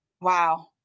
Wow